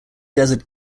desert